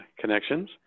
Connections